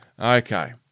Okay